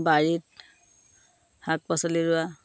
বাৰীত শাক পাচলি ৰোৱা